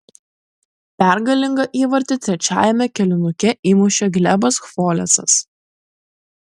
pergalingą įvartį trečiajame kėlinuke įmušė glebas chvolesas